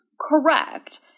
Correct